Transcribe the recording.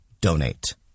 donate